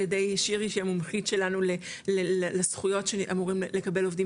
ידי שירי שהיא המומחית שלנו לזכויות שאמורים לקבל עובדים